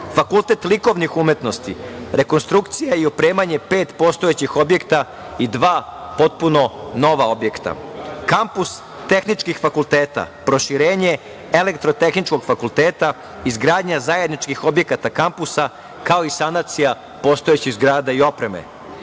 Fakultet likovnih umetnosti - rekonstrukcija i opremanje pet postojećih objekata i dva potpuno nova objekta; kampus tehničkih fakulteta - proširenje Elektrotehničkog fakulteta, izgradnja zajedničkih objekata kampusa, kao i sanacija postojećih zgrada i opreme;